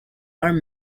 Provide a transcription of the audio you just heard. are